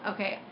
Okay